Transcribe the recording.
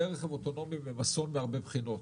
כלי רכב אוטונומיים הם אסון מהרבה בחינות.